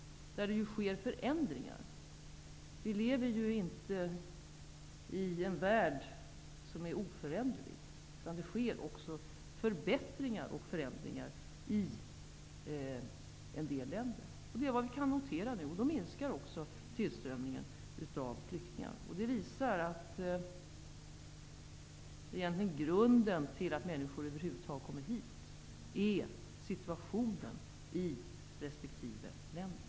Det sker förändringar. Vi lever ju inte i en oföränderlig värld, utan det sker förändringar och förbättringar i en del länder. Det är vad vi nu kan notera, därför minskar tillströmningen av flyktingar. Det visar att grunden till att människor över huvud taget kommer hit är situationen i resp. länder.